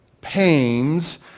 pains